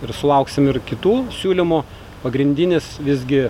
ir sulauksim ir kitų siūlymų pagrindinis visgi